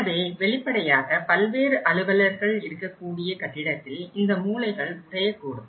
எனவே வெளிப்படையாக பல்வேறு அலுவலர்கள் இருக்கக்கூடிய கட்டிடத்தில் இந்த மூலைகள் உடையக் கூடும்